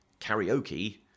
Karaoke